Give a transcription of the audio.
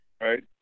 right